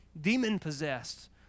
demon-possessed